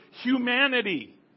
humanity